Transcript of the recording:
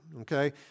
okay